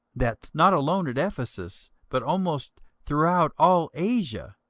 that not alone at ephesus, but almost throughout all asia,